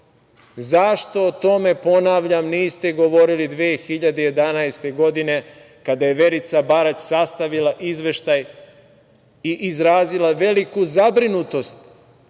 Zašto o tome, ponavljam, niste govorili 2011. godine kada je Verica Barać sastavila izveštaj i izrazila veliku zabrinutost